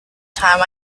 time